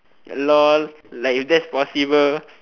lol like if that's possible